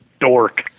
dork